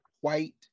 white